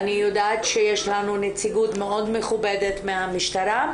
אני יודעת שיש לנו נציגות מאוד מכובדת מהמשטרה.